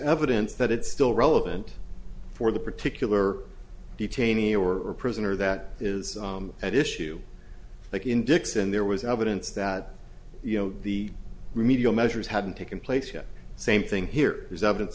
evidence that it's still relevant for the particular detainee or prisoner that is at issue like in dickson there was evidence that you know the remedial measures hadn't taken place yet same thing here is evidence